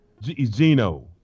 Gino